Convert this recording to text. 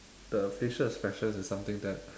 the facial expression is something that